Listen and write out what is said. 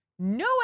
no